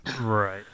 Right